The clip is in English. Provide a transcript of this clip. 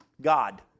God